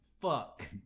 fuck